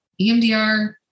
EMDR